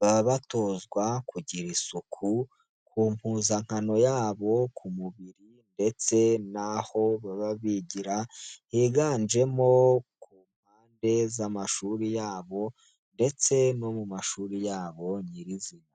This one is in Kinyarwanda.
baba batozwa kugira isuku ku mpuzankano yabo, ku mubiri ndetse naho baba bigira, higanjemo ku mpande z'amashuri yabo ndetse no mu mashuri yabo nyirizina.